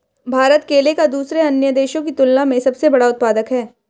भारत केले का दूसरे अन्य देशों की तुलना में सबसे बड़ा उत्पादक है